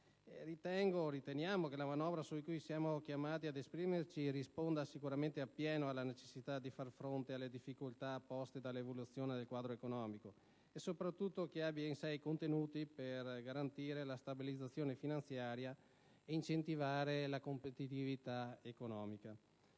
Riteniamo che la manovra su cui siamo chiamati ad esprimerci risponda sicuramente appieno alla necessità di far fronte alle difficoltà poste dall'evoluzione del quadro economico e, soprattutto, che abbia in sé i contenuti per garantire la stabilizzazione finanziaria e incentivare la competitività economica.